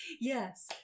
yes